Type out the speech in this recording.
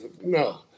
No